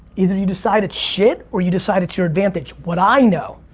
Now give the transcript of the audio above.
either you decide it's shit or you decide it's your advantage. what i know,